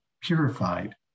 purified